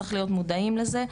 צריך להיות מודעים לזה.